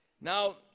now